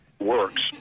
works